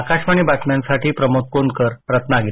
आकाशवाणीच्या बातम्यांसाठी प्रमोद कोनकर रत्नागिरी